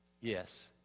Yes